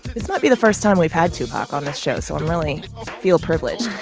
this might be the first time we've had two pac on this show. so i'm really feel privileged